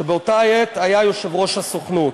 שבאותה העת היה יושב-ראש הסוכנות.